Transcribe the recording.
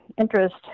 interest